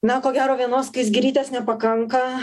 na ko gero vienos skaisgirytės nepakanka